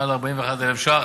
מעל 41,000 ש"ח,